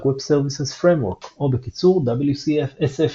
Web Services framework או בקיצור WSF,